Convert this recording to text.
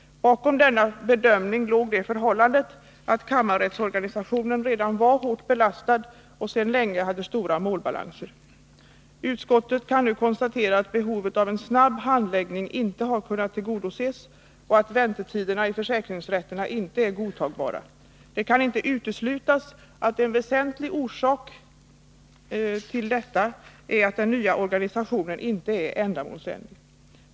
Bakom denna bedömning låg det förhållandet att kammarrättsorganisationen redan var hårt belastad och sedan länge hade stora målbalanser. Utskottet kan nu konstatera att behovet av en snabb handläggning inte har kunnat tillgodoses och att väntetiderna i försäkringsrätterna inte är godtagbara. Det kan inte uteslutas att en väsentlig orsak härtill är att den nya organisationen inte är ändamålsenlig.